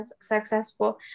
successful